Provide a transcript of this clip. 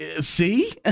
see